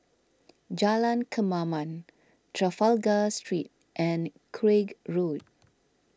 Jalan Kemaman Trafalgar Street and Craig Road